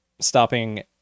stopping